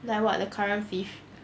like what the current fish